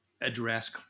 address